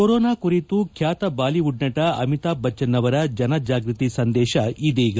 corona ಕುರಿತು ಖ್ಯಾತ Bollywood ನಟ ಅಮಿತಾಬ್ ಬಚ್ಲನ್ ಅವರ ಜನ ಜಾಗೃತಿ ಸಂದೇಶ ಇದೀಗ